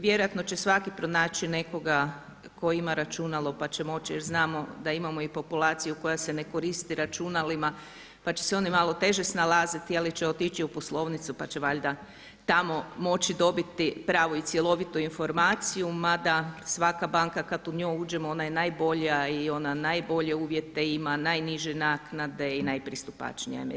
Vjerojatno će svaki pronaći nekoga tko ima računalo pa će moći, jer znano da imamo i populaciju koja se ne koristi računalima, pa će se oni malo teže snalaziti ali će otići u poslovnicu, pa će valjda tamo moći dobiti pravu i cjelovitu informaciju mada svaka banka kad u nju uđemo ona je najbolja i ona najbolje uvjete ima, najniže naknade i najpristupačnija im je.